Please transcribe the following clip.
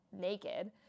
naked